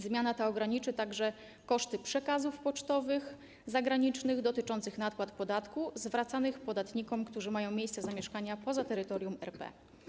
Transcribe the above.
Zmiana ta pozwoli także ograniczyć koszty przekazów pocztowych zagranicznych dotyczących nadpłat podatku zwracanych podatnikom, którzy mają miejsce zamieszkania poza terytorium RP.